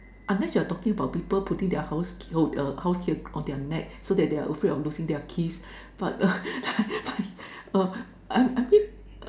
unless you're talking about people putting their house hold err house key on their neck so that they're afraid of losing their keys but err err I think